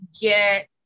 get